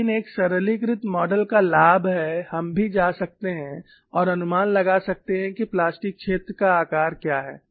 लेकिन एक सरलीकृत मॉडल का लाभ है हम भी जा सकते हैं और अनुमान लगा सकते हैं कि प्लास्टिक क्षेत्र का आकार क्या है